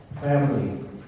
family